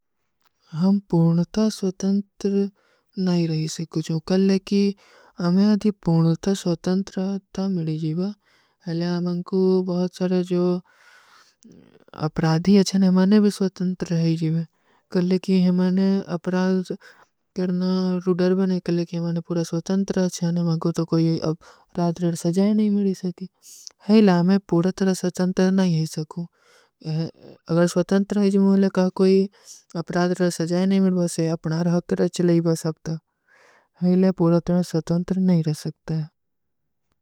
ହମ ପୂର୍ଣ ତା ସ୍ଵତଂତ୍ର ନହୀଂ ରହୀ ସକୁଛ। କଲକି ହମେଂ ଅଧି ପୂର୍ଣ ତା ସ୍ଵତଂତ୍ର ତା ମିଡୀ ଜୀଵା। ହଲା ହମକୁଛ ବହୁତ ସଡା ଜୋ ଅପରାଦୀ ଅଚ୍ଛଣ ହମେଂ ଭୀ ସ୍ଵତଂତ୍ର ରହୀ ଜୀଵା। କଲକି ହମେଂ ଅପରାଦ କରନା ରୁଦର ବନେ କଲକି ହମେଂ ପୂର୍ଣ ସ୍ଵତଂତ୍ର ରହୀ ଜୀଵା। ମଗୋଂ ତୋ କୋଈ ଅପରାଦ ରହ ସଜାଯ ନହୀଂ ମିଡୀ ସକୀ। ହଲା ହମେଂ ପୂର୍ଣ ତା ସ୍ଵତଂତ୍ର ନହୀଂ ରହୀ ସକୁଛ। ଅଗର ସ୍ଵତଂତ୍ର ରହୀ ଜୀଵା ଲେକା କୋଈ ଅପରାଦ ରହ ସଜାଯ ନହୀଂ ମିଡୀ ସକୀ। ଅପନା ରହକ ରହ ଚଲେଗୀ ବସ ଅବ ତା। ଅଗର ସ୍ଵତଂତ୍ର ରହୀ ଜୀଵା ଲେକା କୋଈ ଅପରାଦ ରହ ସଜାଯ ନହୀଂ ମିଡୀ ସକ।